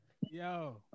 Yo